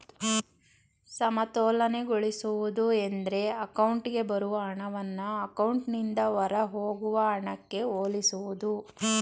ಸಮತೋಲನಗೊಳಿಸುವುದು ಎಂದ್ರೆ ಅಕೌಂಟ್ಗೆ ಬರುವ ಹಣವನ್ನ ಅಕೌಂಟ್ನಿಂದ ಹೊರಹೋಗುವ ಹಣಕ್ಕೆ ಹೋಲಿಸುವುದು